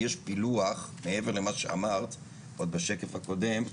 יש פילוח מעבר למה שאמרת עוד בשקף הקודם,